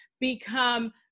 become